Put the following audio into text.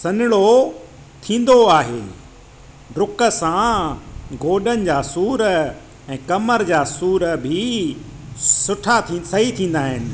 सन्हिड़ो थींदो आहे डुक सां गोॾनि जा सूर ऐं कमर जा सूर बि सुठा थी सही थींदा आहिनि